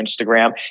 Instagram